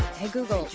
hey, google,